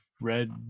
red